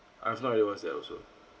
I have no idea what's that also